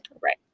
Right